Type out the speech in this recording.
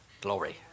Glory